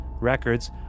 Records